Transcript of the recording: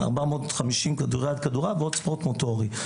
אלף מאה כדור עף ועוד ספורט מוטורי.